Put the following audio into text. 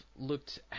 looked